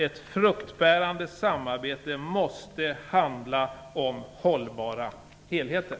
Ett fruktbärande samarbete måste handla om hållbara helheter.